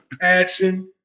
passion